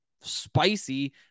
spicy